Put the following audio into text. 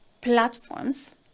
platforms